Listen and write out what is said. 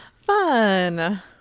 Fun